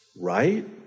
right